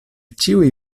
ĉiuj